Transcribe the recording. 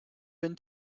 been